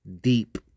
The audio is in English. deep